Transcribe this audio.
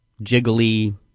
jiggly